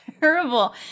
terrible